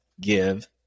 give